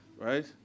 right